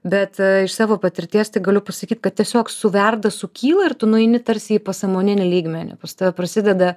bet iš savo patirties tai galiu pasakyt kad tiesiog suverda sukyla ir tu nueini tarsi į pasąmoninį lygmenį pas tave prasideda